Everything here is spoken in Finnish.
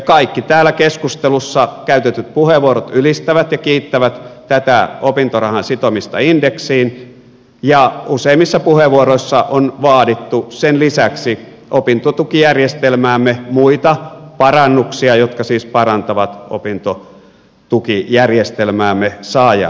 kaikki täällä keskustelussa käytetyt puheenvuorot ylistävät ja kiittävät tätä opintorahan sitomista indeksiin ja useimmissa puheenvuoroissa on vaadittu sen lisäksi opintotukijärjestelmäämme muita parannuksia jotka siis parantavat opintotukijärjestelmäämme saajan kannalta